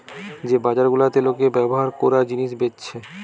যে বাজার গুলাতে লোকে ব্যভার কোরা জিনিস বেচছে